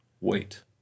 wait